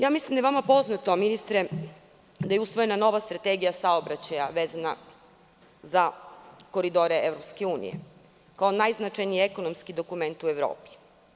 Ja mislim da je vama poznato ministre da je usvojena nova strategija saobraćaja vezana za koridore EU, kao najznačajniji ekonomski dokument u Evropi.